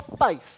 faith